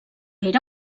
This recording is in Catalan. era